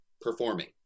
performing